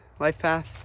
Lifepath